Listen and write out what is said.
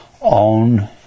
on